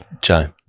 Joe